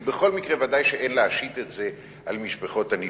כי בכל מקרה ודאי שאין להשית את זה על משפחות הנפטרים.